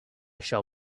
shall